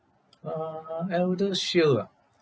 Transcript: uh ElderShield ah